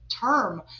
term